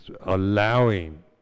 allowing